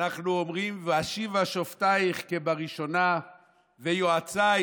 אנחנו אומרים: "ואשיבה שֹׁפטיך כבראשנה ויעציך